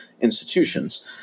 institutions